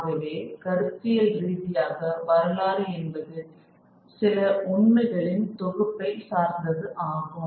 ஆகவே கருத்தியல் ரீதியாக வரலாறு என்பது சில உண்மைகளின் தொகுப்பை சார்ந்தது ஆகும்